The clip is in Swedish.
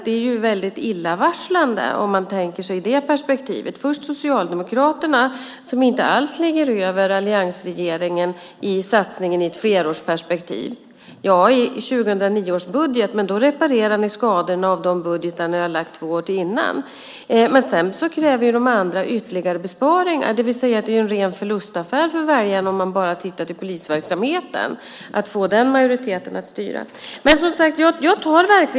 Det är illavarslande ur det perspektivet. För det första satsar Socialdemokraterna inte alls mer än alliansregeringen i ett flerårsperspektiv. Ja, i 2009 års budget gör ni det, men då reparerar ni skadorna av de budgetar ni lagt fram två år innan. För det andra kräver de andra partierna ytterligare besparingar. Det är alltså en ren förlustaffär för väljarna att få den majoriteten att styra om man bara ser till polisverksamheten.